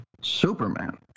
Superman